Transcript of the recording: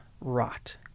Rot